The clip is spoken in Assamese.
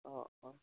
অঁ অঁ